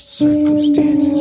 circumstances